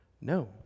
No